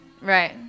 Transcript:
Right